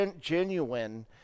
genuine